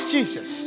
Jesus